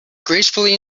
gracefully